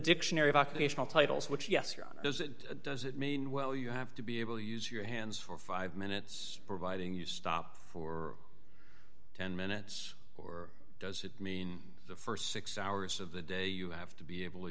dictionary of occupational titles which yes you're on is it does it mean well you have to be able to use your hands for five minutes providing you stop for ten minutes or does it mean the st six hours of the day you have to be